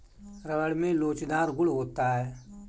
rubber में लोचदार गुण होता है